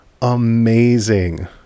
amazing